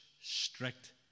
strict